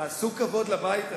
תעשו כבוד לבית הזה.